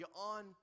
on